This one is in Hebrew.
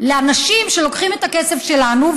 לאנשים שלוקחים את הכסף שלנו.